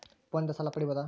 ಫೋನಿನಿಂದ ಸಾಲ ಪಡೇಬೋದ?